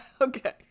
Okay